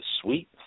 sweet